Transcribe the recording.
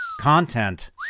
content